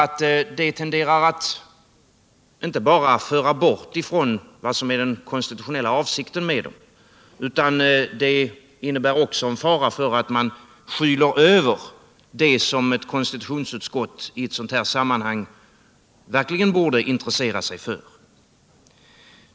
Det tenderar inte bara att föra bort från den konstitutionella avsikten med dem utan innebär också en fara för att man skyler över det som konstitutionsutskottet i ett sådant sammanhang verkligen borde intressera sig för.